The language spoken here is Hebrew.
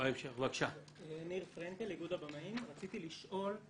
רציתי לשאול,